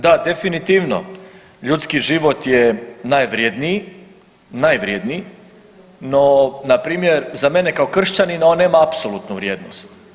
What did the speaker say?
Da, definitivno, ljudski život je najvrjedniji, najvrjedniji, no, npr., za mene kao kršćanina, on nema apsolutnu vrijednost.